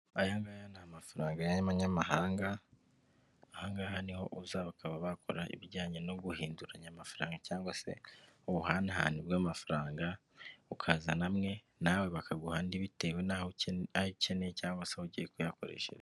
Aya ngaya ni amafaranga y'abanyamahanga, aha ngaha ni ho uza bakaba bakora ibijyanye no guhinduranya amafaranga cyangwa se ubuhanahane bw'amafaranga, ukazana amwe nawe bakaguha andi, bitewe n'ayo ukeneye cyangwa se aho ugiye kuyakoreshereza.